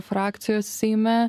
frakcijos seime